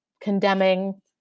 condemning